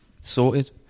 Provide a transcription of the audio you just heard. sorted